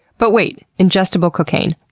but wait, ingestible cocaine.